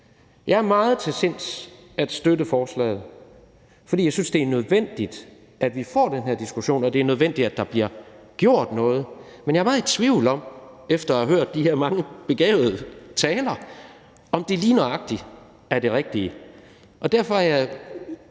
Jeg er meget til sinds at støtte forslaget, fordi jeg synes, det er nødvendigt, at vi får den her diskussion, og det er nødvendigt, at der bliver gjort noget. Men jeg er meget i tvivl om efter at have hørt de her mange begavede talere, om det lige nøjagtig er det rigtige.